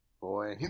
Boy